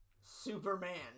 Superman